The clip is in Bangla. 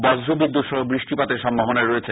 বজ্রবিদ্যুৎসহ বৃষ্টিপাতের সম্ভাবনা রয়েছে